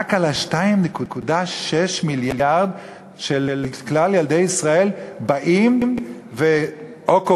אבל רק על 2.6 המיליארד של כל ילדי ישראל באים וכופים,